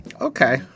Okay